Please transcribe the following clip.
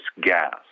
gas